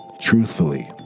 Truthfully